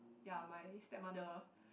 ya my stepmother